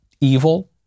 evil